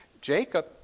Jacob